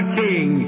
king